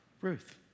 Ruth